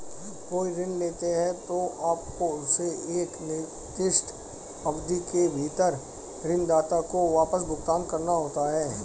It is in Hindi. कोई ऋण लेते हैं, तो आपको उसे एक निर्दिष्ट अवधि के भीतर ऋणदाता को वापस भुगतान करना होता है